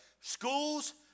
schools